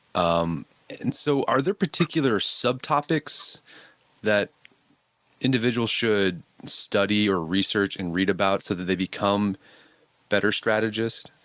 um and so are there particular subtopics that individuals should study or research and read about so that they become better strategists?